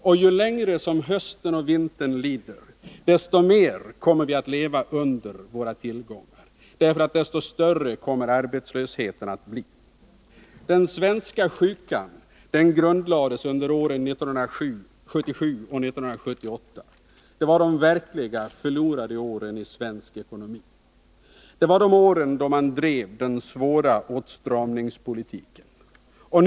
Och ju längre hösten och vintern lider, desto mer kommer vi att leva under våra tillgångar, därför att desto större kommer arbetslösheten att bli. Den svenska sjukan grundlades under åren 1977 och 1978. Det var de verkliga förlorade åren i svensk ekonomi. Det var de åren man drev den svåra åtstramningspolitiken.